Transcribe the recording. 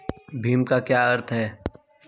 भीम का क्या अर्थ है?